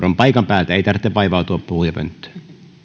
puheenvuoron paikan päältä ei tarvitse vaivautua puhujapönttöön